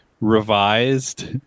Revised